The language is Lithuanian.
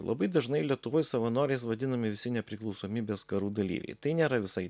labai dažnai lietuvoj savanoriais vadinami visi nepriklausomybės karų dalyviai tai nėra visai